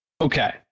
Okay